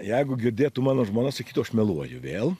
jeigu girdėtų mano žmona sakytų aš meluoju vėl